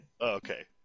Okay